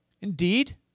Indeed